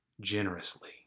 generously